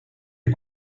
des